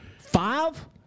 five